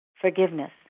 forgiveness